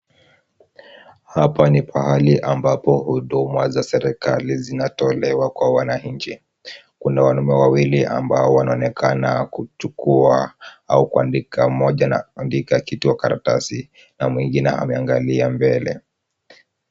Hapa ni pahali ambapo huduma za serikali zinatolewa kwa wananchi. Kuna wanaume wawili ambao wanaonekana kuchukua au kuandika moja na kuandika kitu kwa karatasi na mwingine ameangalia mbele.